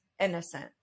innocent